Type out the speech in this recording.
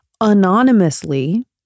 anonymously